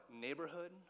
neighborhood